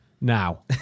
now